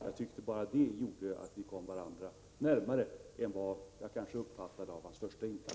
Jag tycker bara det gjorde att vii kammaren kom varandra närmare än vad hans första inlägg gav anledning till.